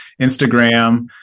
Instagram